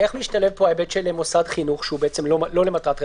איך משתלב פה ההיבט של מוסד חינוך שהוא לא למטרת רווח?